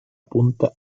punta